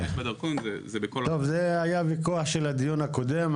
על זה היה ויכוח בדיון הקודם.